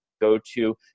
go-to